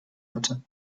hatte